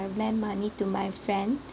lend money to my friend